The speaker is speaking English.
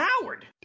Howard